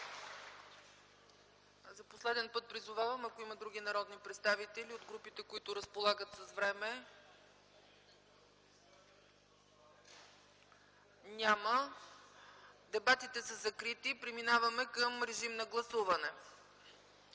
За последен път призовавам за изказвания, ако има народни представители от групите, които разполагат с време. Няма. Дебатите са закрити. Преминаваме към гласуване.